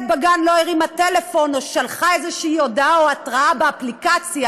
בגן לא הרימה טלפון או שלחה איזו הודעה או התראה באפליקציה,